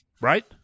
right